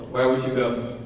where would you go?